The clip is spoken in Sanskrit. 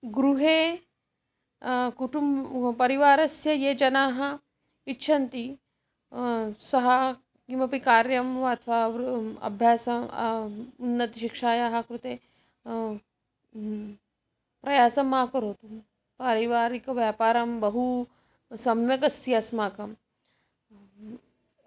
गृहे कुटुम्बः परिवारस्य ये जनाः इच्छन्ति सः किमपि कार्यं वा अथवा अभ्यासः उन्नतशिक्षायाः कृते प्रयासं मा करोतु पारिवारिकव्यापारं बहु सम्यक् अस्ति अस्माकम्